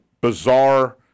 bizarre